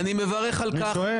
אני שואל.